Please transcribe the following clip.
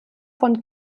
von